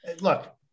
look